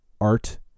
Art